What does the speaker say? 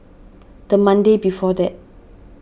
the Monday before that